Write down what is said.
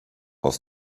aus